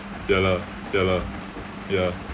ya lah ya lah ya